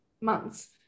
months